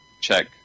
check